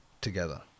together